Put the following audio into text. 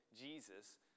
Jesus